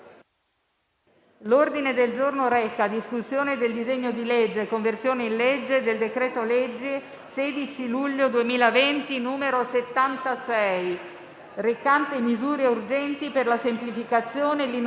Se già in circostanze diverse trattare della conversione di un decreto che riguarda i temi più disparati,